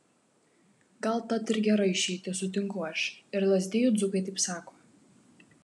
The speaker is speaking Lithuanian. gal tat ir gera išeitis sutinku aš ir lazdijų dzūkai taip sako